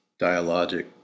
dialogic